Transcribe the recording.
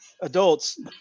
adults